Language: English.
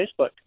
Facebook